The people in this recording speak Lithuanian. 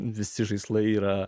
visi žaislai yra